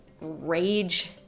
rage